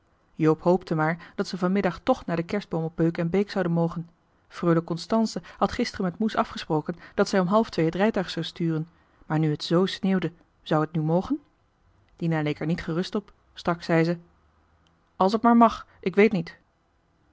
joop hoopte maar dat zij van middag toch naar den kerstboom op beuk en beek zouden mogen freule constance had gisteren met moes afgesproken dat zij om half twee het rijtuig zou sturen maar nu het z sneeuwde zou het nu mogen dina leek er niet gerust op straks zei ze als het maar mag ik weet niet